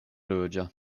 ruĝa